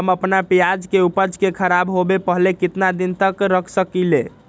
हम अपना प्याज के ऊपज के खराब होबे पहले कितना दिन तक रख सकीं ले?